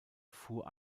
fuhr